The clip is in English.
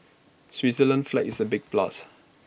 Switzerland's flag is A big plus